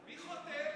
מי חותם?